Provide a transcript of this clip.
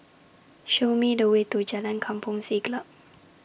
Show Me The Way to Jalan Kampong Siglap